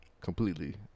completely